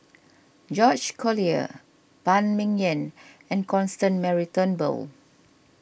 George Collyer Phan Ming Yen and Constance Mary Turnbull